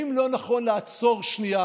האם לא נכון לעצור שנייה